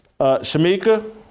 Shamika